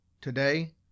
Today